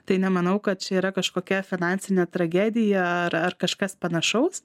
tai nemanau kad čia yra kažkokia finansinė tragedija ar ar kažkas panašaus